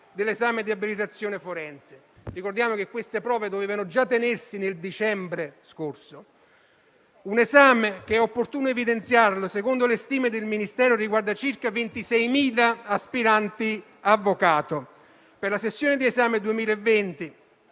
dell'esame di abilitazione forense. Ricordiamo che queste prove dovevano già tenersi nel dicembre scorso; un esame che - è opportuno evidenziarlo - secondo le stime del Ministero riguarda circa 26.000 aspiranti avvocato. Per la sessione di esame 2020,